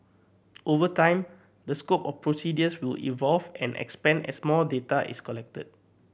over time the scope of procedures will evolve and expand as more data is collected